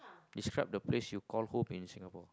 describe the place you call home in singapore